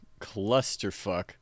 clusterfuck